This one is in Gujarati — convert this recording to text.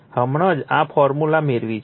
હમણાં જ આ ફોર્મ્યુલા મેળવી છે